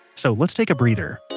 so let's take a breather